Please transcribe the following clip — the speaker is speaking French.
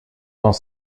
dans